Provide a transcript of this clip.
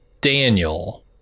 Daniel